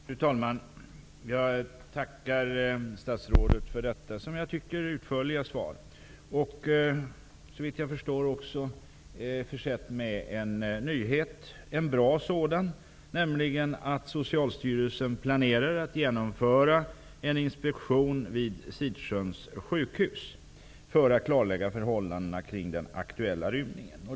Fru talman! Jag tackar statsrådet för detta som jag tycker utförliga svar, som såvitt jag förstår också innehåller en nyhet, och en bra sådan, nämligen att Socialstyrelsen planerar att genomföra en inspektion vid Sidsjöns sjukhus för att klarlägga förhållandena omkring den aktuella rymningen.